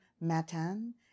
Matan